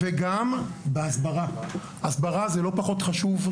וברגע שנצליח להכניס אותו ואני מקווה מאוד שכן,